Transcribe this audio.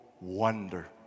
wonder